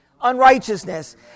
unrighteousness